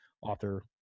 author